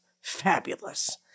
fabulous